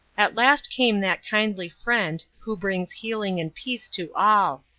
at last came that kindly friend who brings healing and peace to all.